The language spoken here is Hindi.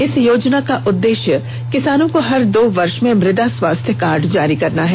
इस योजना का उद्देश्य किसानों को हर दो वर्ष में मृदा स्वास्थ्य कार्ड जारी करना है